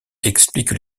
explique